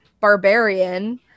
barbarian